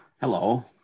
Hello